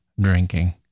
Drinking